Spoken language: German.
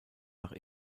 nach